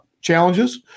challenges